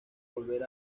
volver